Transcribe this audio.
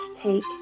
take